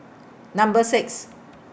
Number six